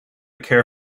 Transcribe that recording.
care